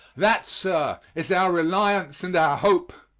that, sir, is our reliance and our hope,